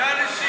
שיטה נשיאותית.